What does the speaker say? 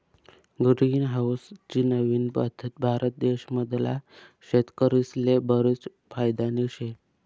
green house नी नवीन पद्धत भारत देश मधला शेतकरीस्ले बरीच फायदानी शे